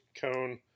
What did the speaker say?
cone